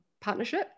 partnership